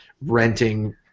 renting